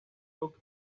club